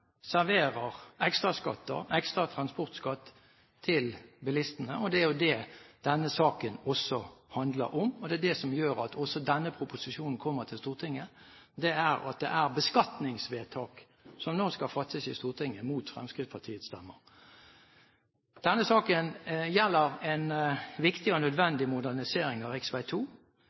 serverer ekstraskatter – ekstra transportskatt – til bilistene. Det er det denne saken også dreier seg om. Det som også gjør at denne proposisjonen kommer til Stortinget, er at det nå skal fattes beskatningsvedtak i Stortinget, mot Fremskrittspartiets stemmer. Denne saken gjelder en viktig og nødvendig modernisering av